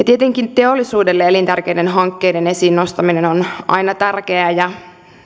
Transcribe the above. tietenkin teollisuudelle elintärkeiden hankkeiden esiin nostaminen on aina tärkeää ja